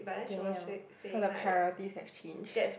there so the priorities have changed